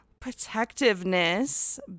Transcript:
protectiveness